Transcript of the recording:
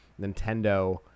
Nintendo